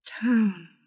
town